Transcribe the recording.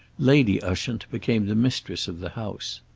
lady ushant became the mistress of the house.